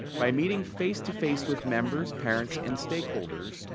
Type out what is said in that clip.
by meeting face to face with members, parents and stakeholders,